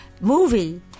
movie